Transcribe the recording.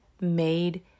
made